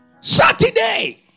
Saturday